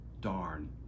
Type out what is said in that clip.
darn